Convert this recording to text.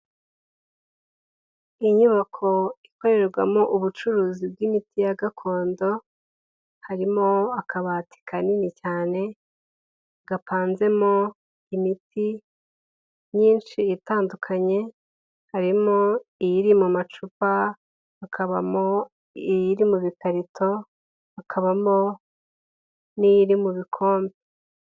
Inyubako ikorerwamo ubucuruzi bw'imiti ya gakondo harimo akabati kanini cyane gapanzemo imiti myinshi itandukanye harimo iyiri mu macupakabamo iyiri mu bikarito hakabamo n'iyiri mu bikombe.